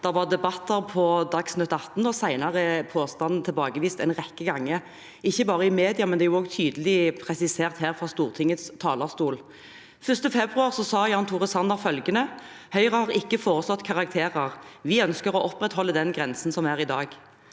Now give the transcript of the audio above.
Det var debatter på Dagsnytt 18, og påstanden er senere tilbakevist en rekke ganger, ikke bare i media, men det er også tydelig presisert fra Stortingets talerstol. Den 1. februar sa Jan Tore Sanner: «Høyre har ikke foreslått karakterer (…). Vi ønsker å opprettholde den grensen som er i dag